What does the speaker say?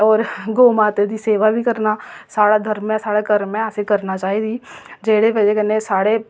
होर गौऽ माता दी सेवा बी करना साढ़ा धर्म ऐ साढ़ा कर्म ऐ असें करना चाहिदी जेह्ड़े बजह कन्नै साढ़े